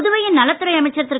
புதுவையின் நலத்துறை அமைச்சர் திரு